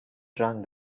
drank